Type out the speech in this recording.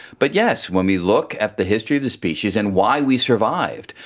but yes, when we look at the history of the species and why we survived,